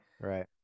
Right